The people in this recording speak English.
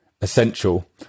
essential